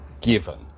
given